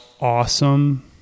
awesome